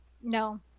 No